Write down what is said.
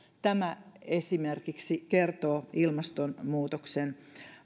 tämä esimerkiksi kertoo ilmastonmuutoksen